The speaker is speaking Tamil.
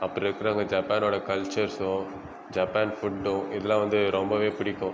அங்கே இருக்கிற அங்கே ஜப்பானோடய கல்ச்சர்ஸும் ஜப்பான் ஃபுட்டும் இதுலாம் வந்து ரொம்பவே பிடிக்கும்